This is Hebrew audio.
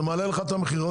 זה מעלה לך את המכירות,